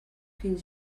fins